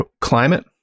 climate